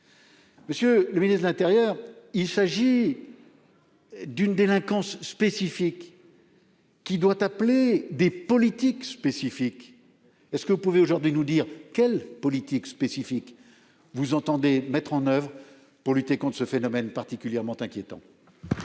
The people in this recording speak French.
Monsieur le ministre de l'intérieur, il s'agit d'une délinquance spécifique, qui doit appeler des politiques qui le sont tout autant. Pouvez-vous aujourd'hui nous dire quelle politique spécifique vous entendez mettre en oeuvre pour lutter contre ce phénomène particulièrement inquiétant ?